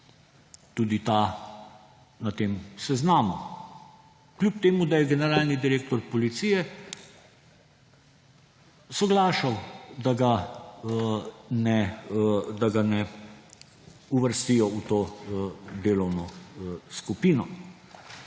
tudi ta na tem seznamu, čeprav je generalni direktor policije soglašal, da ga ne uvrstijo v to delovno skupino.